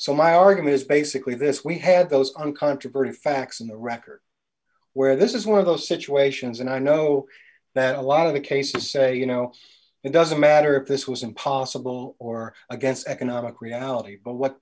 so my argument is basically this we had those uncontroverted facts in the record where this is one of those situations and i know that a lot of the cases say you know it doesn't matter if this was impossible or against economic reality but what